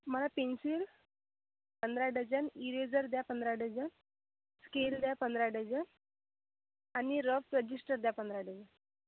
मला पेन्सिल पंधरा dozen eraser द्या पंधरा डझन स्केल द्या पंधरा डझन आणि रफ रजिस्टर द्या पंधरा डझन